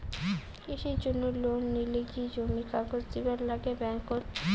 কৃষির জন্যে লোন নিলে কি জমির কাগজ দিবার নাগে ব্যাংক ওত?